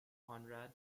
conrad